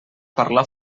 parlar